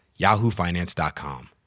yahoofinance.com